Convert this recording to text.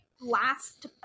last